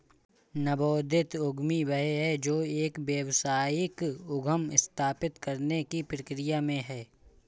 नवोदित उद्यमी वह है जो एक व्यावसायिक उद्यम स्थापित करने की प्रक्रिया में है